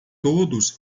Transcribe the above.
todos